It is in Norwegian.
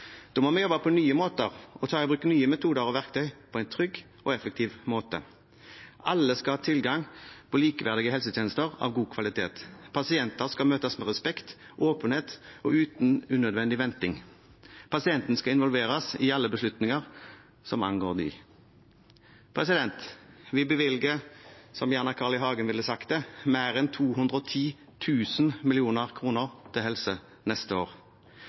Da må vi jobbe på nye måter og ta i bruk nye metoder og verktøy på en trygg og effektiv måte. Alle skal ha tilgang på likeverdige helsetjenester av god kvalitet. Pasienter skal møtes med respekt og åpenhet og uten unødvendig venting. Pasientene skal involveres i alle beslutninger som angår dem. Vi bevilger, som gjerne Carl I. Hagen ville sagt det, mer enn 210 tusen millioner kroner til helse neste år.